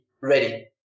ready